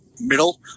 middle